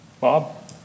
Bob